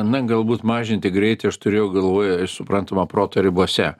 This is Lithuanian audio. na galbūt mažinti greitį aš turėjau galvoj suprantama proto ribose